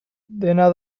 dena